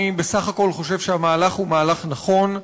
אני בסך הכול חושב שהמהלך הוא מהלך נכון,